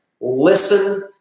Listen